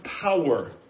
power